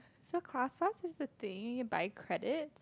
so Class Pass is the thing by credit